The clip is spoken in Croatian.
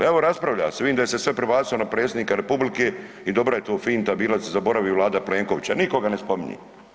Evo raspravlja se, vidim da se sve prebacilo na Predsjednika Republike i dobra je to finta bila da se zaboravi Vlada Plenkovića, nikoga ne spominje.